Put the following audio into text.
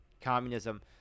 communism